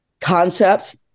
concepts